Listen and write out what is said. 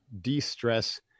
de-stress